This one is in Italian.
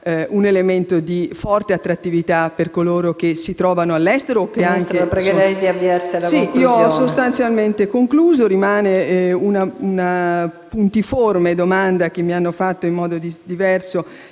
un elemento di forte attrattività per coloro che si trovano all'estero.